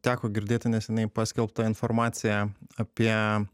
teko girdėti neseniai paskelbtą informaciją apie